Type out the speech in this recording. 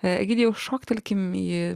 egidijau šoktelkime į